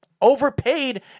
overpaid